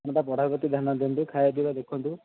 ଆପଣ ତା' ପଢ଼ା ପ୍ରତି ଧ୍ୟାନ ଦିଅନ୍ତୁ ଖାଇବା ପିଇବା ଦେଖନ୍ତୁ